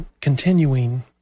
continuing